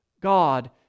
God